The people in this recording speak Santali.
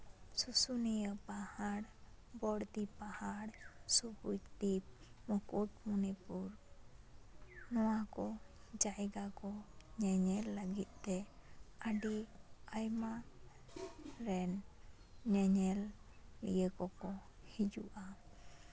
ᱥᱩᱥᱩᱱᱤᱭᱟᱹ ᱯᱟᱦᱟᱲ ᱵᱚᱲᱫᱤ ᱯᱟᱦᱟᱲ ᱥᱩᱵᱩᱡᱫᱤᱯ ᱢᱩᱠᱩᱴᱢᱚᱱᱤᱯᱩᱨ ᱱᱚᱣᱟ ᱠᱚ ᱡᱟᱭᱜᱟ ᱠᱚ ᱧᱮᱧᱮᱞ ᱞᱟᱹᱜᱤᱫᱛᱮ ᱟᱹᱰᱤ ᱟᱭᱢᱟ ᱨᱮᱱ ᱧᱮᱧᱮᱞᱤᱭᱟᱹ ᱠᱚᱠᱚ ᱦᱤᱡᱩᱜᱼᱟ